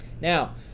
Now